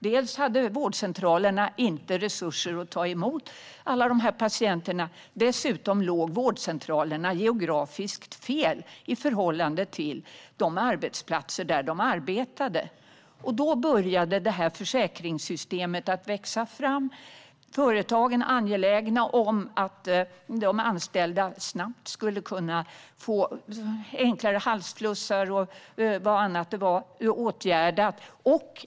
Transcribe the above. Dels hade vårdcentralerna inte resurser att ta emot alla patienter, dels låg vårdcentralerna geografiskt fel i förhållande till arbetsplatserna. Då började detta försäkringssystem att växa fram. Företagen var angelägna om att de anställda snabbt skulle kunna få enklare halsflusser och annat åtgärdat.